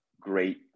great